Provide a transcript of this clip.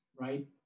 right